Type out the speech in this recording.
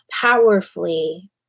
powerfully